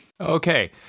okay